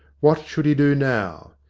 what should he do now?